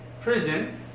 prison